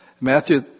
Matthew